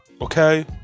Okay